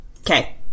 Okay